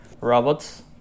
robots